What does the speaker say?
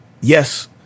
yes